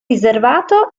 riservato